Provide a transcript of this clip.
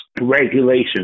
regulation